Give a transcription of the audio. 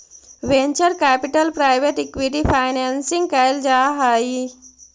venture capital private equity financing कैल जा हई